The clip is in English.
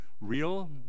real